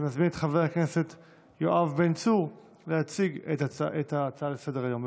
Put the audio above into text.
אני מזמין את חבר הכנסת יואב בן צור להציג את ההצעה לסדר-היום.